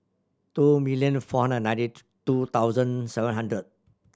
two million four hundred ninety two thousand seven hundred